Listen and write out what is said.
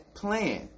plan